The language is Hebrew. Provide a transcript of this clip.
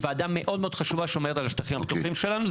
היא ועדה מאוד מאוד חשובה ששומרת על השטחים הפתוחים שלנו.